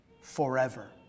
forever